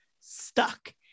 stuck